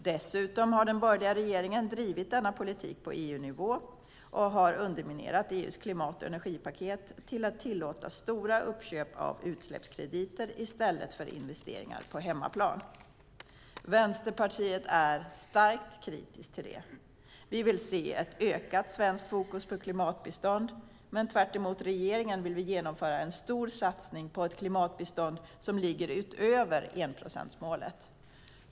Dessutom har den borgerliga regeringen drivit denna politik på EU-nivå och underminerat EU:s klimat och energipaket till att tillåta stora uppköp av utsläppskrediter i stället för investeringar på hemmaplan. Vänsterpartiet är starkt kritiskt till detta. Vi vill se ett ökat svenskt fokus på klimatbistånd, men tvärtemot regeringen vill vi genomföra en stor satsning på ett klimatbistånd som ligger utöver enprocentsmålet.